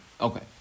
okay